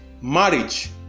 marriage